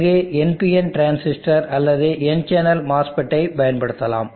அங்கு NPN transistor அல்லது N channel MOSFET ஐப் பயன்படுத்தலாம்